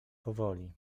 powoli